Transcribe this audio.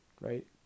right